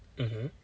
mmhmm